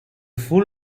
full